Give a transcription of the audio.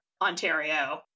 Ontario